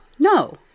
No